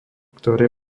ktoré